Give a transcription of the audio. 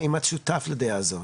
האם אתה שותף לדעה זאת?